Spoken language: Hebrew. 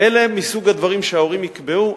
אלה הם מסוג הדברים שההורים יקבעו,